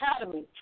Academy